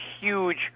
huge